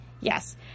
Yes